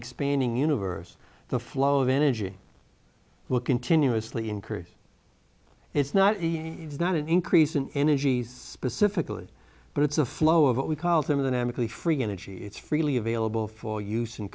expanding universe the flow of energy will continuously increase it's not it's not an increase in energy specifically but it's a flow of what we call them of the damocles free energy it's freely available for use